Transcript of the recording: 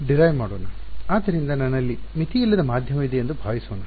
ಆದ್ದರಿಂದ ನನ್ನಲ್ಲಿ ಮಿತಿಯಿಲ್ಲದ ಮಾಧ್ಯಮವಿದೆ ಎಂದು ಭಾವಿಸೋಣ